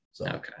Okay